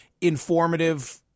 informative